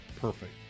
perfect